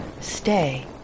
stay